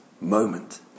moment